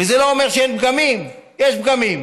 וזה לא אומר שאין פגמים, יש פגמים.